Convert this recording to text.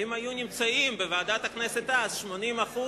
האם היו נמצאים בוועדת הכנסת אז 80%